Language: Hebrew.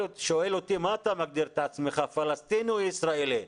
שואל אותי מה אתה מגדיר את עצמך פלסטיני או ישראלי.